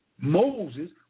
Moses